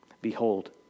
Behold